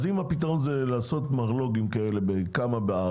אם הפתרון זה לעשות מרלו"גים בארץ,